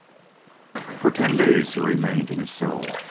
for ten days he remained in his cell,